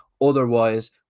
Otherwise